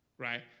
right